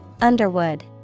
Underwood